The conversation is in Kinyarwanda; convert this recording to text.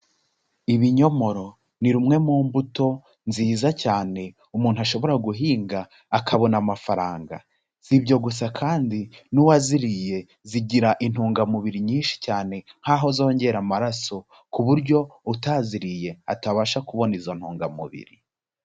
Ibinyomoro ni rumwe mu mbuto nziza cyane umuntu ashobora guhinga akabona amafaranga, si ibyo gusa kandi n'uwaziriye zigira intungamubiri nyinshi cyane nk'aho zongera amaraso, ku buryo utaziriye atabasha ku kubona izo ntungamubiri.